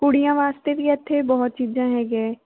ਕੁੜੀਆਂ ਵਾਸਤੇ ਵੀ ਇੱਥੇ ਬਹੁਤ ਚੀਜ਼ਾਂ ਹੈਗੀਆਂ ਹੈ